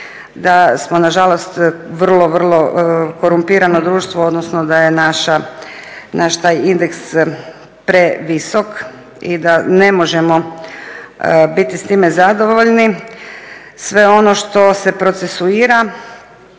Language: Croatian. da smo nažalost vrlo, vrlo korumpirano društvo odnosno da je naš taj indeks previsok i da ne možemo biti s time zadovoljni. Sve ono što se procesuira,